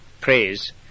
praise